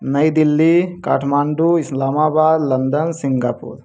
New Delhi Kathmandu Islamabad London Singapore